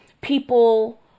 people